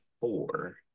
four